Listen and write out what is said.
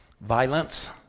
violence